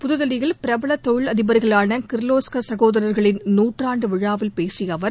புதுதில்லியில் பிரபல தொழில் அதிபர்களான கிர்லோஸ்கர் சகோதரர்களின் நாற்றாண்டு விழாவில் பேசிய அவர்